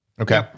Okay